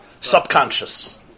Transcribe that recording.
Subconscious